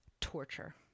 torture